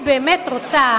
באמת רוצה